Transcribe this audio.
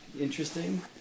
interesting